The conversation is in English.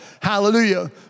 Hallelujah